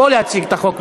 בוא להציג את החוק,